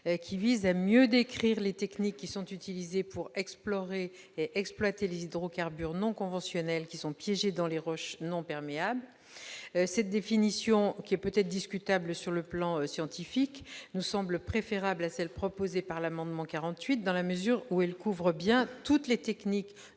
qui vise à mieux décrire les techniques qui sont utilisées pour explorer et exploiter les hydrocarbures non conventionnels piégés dans des roches non perméables. Cette définition, qui est peut-être discutable sur le plan scientifique, nous semble préférable à celle figurant à l'amendement n° 48 rectifié, dans la mesure où elle couvre bien toutes les techniques